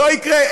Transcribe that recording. לא יקרה.